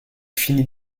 finit